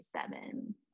seven